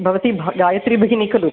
भवती भ् गायत्रि भगिनी खलु